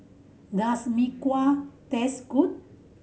does Mee Kuah taste good